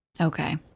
okay